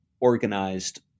organized